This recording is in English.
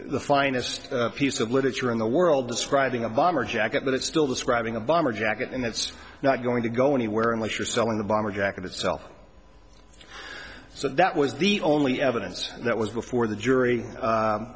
the finest piece of literature in the world describing a bomber jacket but it's still describing a bomber jacket and that's not going to go anywhere unless you're selling the bomber jacket itself so that was the only evidence that was before the jury